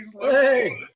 hey